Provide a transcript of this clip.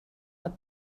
att